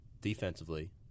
Defensively